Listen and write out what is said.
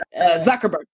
Zuckerberg